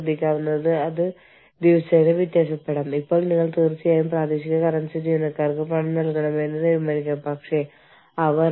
വിവിധ രാജ്യങ്ങളിലെ ഓർഗനൈസേഷന്റെ രണ്ട് ഓഫീസുകൾക്കും പൊതുവായുള്ള ഓർഗനൈസേഷന്റെ നയങ്ങൾ എന്തൊക്കെയാണെന്നത്